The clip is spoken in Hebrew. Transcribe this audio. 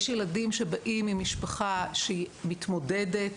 יש ילדים שבאים ממשפחה שהיא מתמודדת